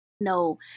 no